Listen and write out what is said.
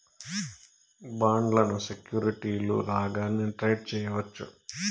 బాండ్లను సెక్యూరిటీలు లాగానే ట్రేడ్ చేయవచ్చు